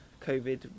COVID